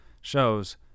shows